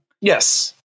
Yes